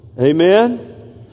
Amen